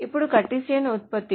ఇప్పుడు కార్టెసియన్ ఉత్పత్తి